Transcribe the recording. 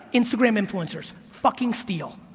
instagram influencers, fucking steal.